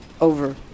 over